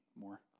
more